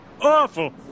awful